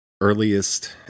earliest